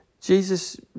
Jesus